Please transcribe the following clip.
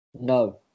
No